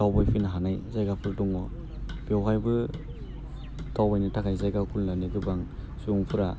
दावबायफैनो हानाय जायगाफोर दङ बेवहायबो दावबायनो थाखाय जायगा खुलिनानै गोबां सुबुंफ्रा